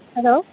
hello